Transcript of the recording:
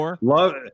Love